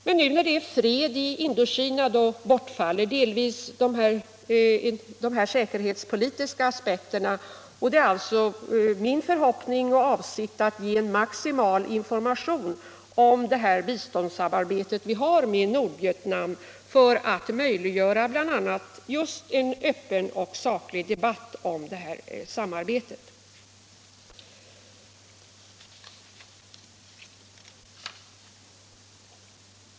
Men nu när det är fred i Indokina, bortfaller delvis de säkerhetspolitiska aspekterna. Det är alltså min förhoppning och avsikt att ge en maximal information om det biståndssamarbete som vi har med Nordvietnam för att möjliggöra bl.a. just en öppen och saklig debatt om detta samarbete.